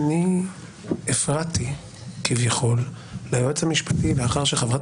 אני הפרעתי כביכול ליועץ המשפטי לאחר שחברת